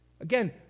Again